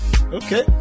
Okay